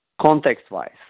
Context-wise